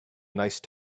nice